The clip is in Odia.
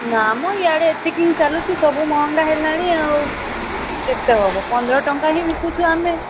ନା ମ ଇଆଡ଼େ ଏତିକି ହିଁ ଚାଲୁଛି ସବୁ ମହଙ୍ଗା ହେଲାଣି ଆଉ କେତେ ହେବ ପନ୍ଦର ଟଙ୍କା ହିଁ ବିକୁଛୁ ଆମେ